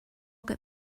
get